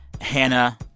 Hannah